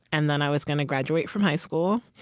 and then i was gonna graduate from high school.